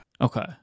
Okay